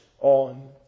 on